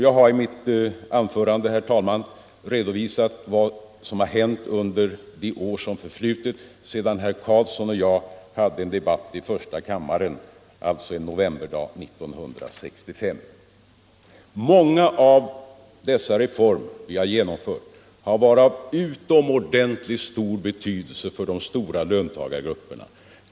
Jag har i mitt anförande, herr talman, redovisat vad som har hänt under de år som har förflutit sedan den novemberdag 1965 då herr Carlsson och jag hade en debatt i första kammaren. Många av de reformer vi har genomfört har varit av utomordentligt stor betydelse för de stora löntagargrupperna.